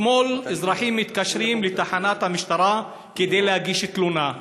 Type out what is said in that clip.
אתמול אזרחים מתקשרים לתחנת המשטרה כדי להגיש תלונה,